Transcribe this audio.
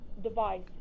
device